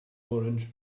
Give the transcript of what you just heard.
orange